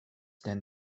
then